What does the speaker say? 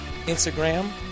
Instagram